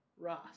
Ross